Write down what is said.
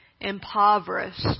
Impoverished